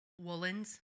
woolens